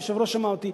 היושב-ראש שמע אותי,